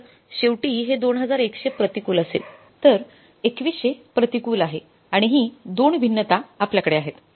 तर शेवटी हे 2100 प्रतिकूल असेल तर 2100 प्रतिकूल आहे आणि ही 2 भिन्नता आपल्याकडे आहेत